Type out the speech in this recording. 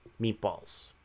meatballs